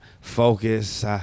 focus